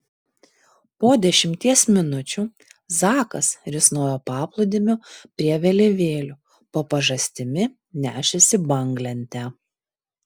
po dešimties minučių zakas risnojo paplūdimiu prie vėliavėlių po pažastimi nešėsi banglentę